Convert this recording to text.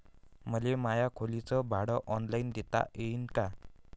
मले माया खोलीच भाड ऑनलाईन देता येईन का?